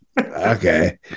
okay